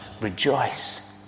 rejoice